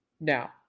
Now